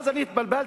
אז אני התבלבלתי: